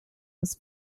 was